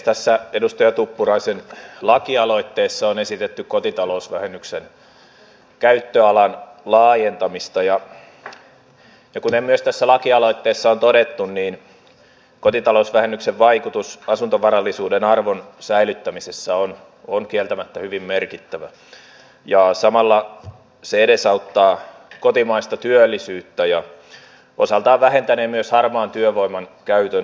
tässä edustaja tuppuraisen lakialoitteessa on esitetty kotitalousvähennyksen käyttöalan laajentamista ja kuten myös tässä lakialoitteessa on todettu kotitalousvähennyksen vaikutus asuntovarallisuuden arvon säilyttämisessä on kieltämättä hyvin merkittävä ja samalla se edesauttaa kotimaista työllisyyttä ja osaltaan vähentänee myös harmaan työvoiman käytön houkuttelevuutta